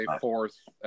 fourth